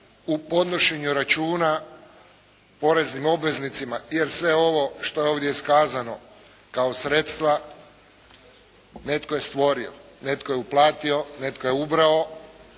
u podnošenju računa poreznim obveznicima, jer sve ovo što je ovdje iskazano kao sredstva netko je stvorio, netko je uplatio, netko je ubrao,